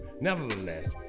nevertheless